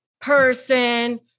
person